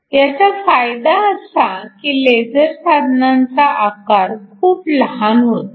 ह्याचा फायदा असा की लेझर साधनांचा आकार खूप लहान होतो